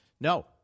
No